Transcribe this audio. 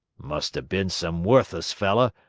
must have been some worthless feller,